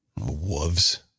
wolves